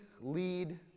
lead